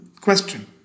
question